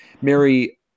Mary